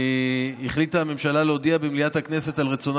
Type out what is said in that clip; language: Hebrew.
החליטה הממשלה להודיע במליאת הכנסת על רצונה